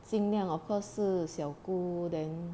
尽量 of course 是小姑 then